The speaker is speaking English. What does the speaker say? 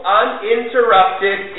uninterrupted